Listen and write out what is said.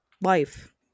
life